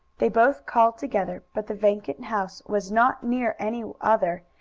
they both called together. but the vacant house was not near any other,